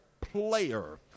player